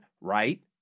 right